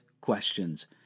questions